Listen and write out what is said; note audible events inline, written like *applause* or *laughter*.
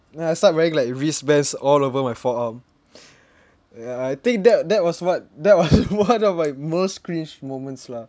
then I start wearing like wristbands all over my forearm *breath* ya I think that that was what that was *laughs* one of my most cringe moments lah